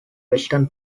western